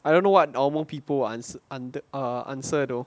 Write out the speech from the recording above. I don't know what normal people will ans~ ans~ uh answer though